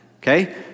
okay